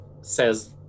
says